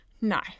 no